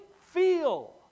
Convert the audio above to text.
feel